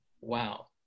Wow